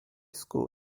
school